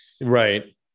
Right